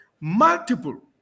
multiple